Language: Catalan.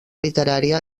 literària